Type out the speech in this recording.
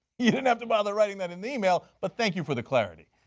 you didn't have to bother writing that in the email, but thank you for the clarity.